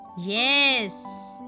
Yes